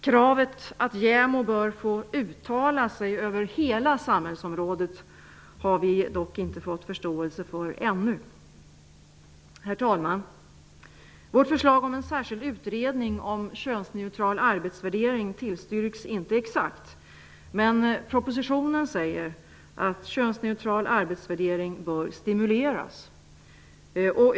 Kravet att JämO bör få uttala sig över hela samhällsområdet har vi dock inte ännu fått förståelse för. Herr talman! Vårt förslag om en särskild utredning om könsneutral arbetsvärdering tillstyrks inte exakt. Men i propositionen sägs att könsneutral arbetsvärdering bör stimuleras.